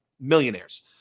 millionaires